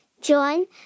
join